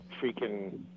freaking